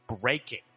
breaking